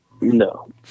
No